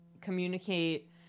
communicate